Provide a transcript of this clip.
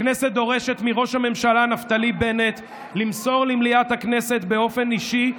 הכנסת דורשת מראש הממשלה נפתלי בנט למסור למליאת הכנסת באופן אישי,